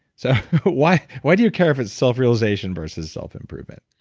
so but why why do you care if it's self-realization versus self-improvement?